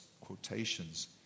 quotations